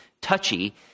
touchy